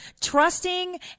trusting